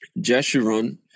Jeshurun